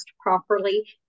properly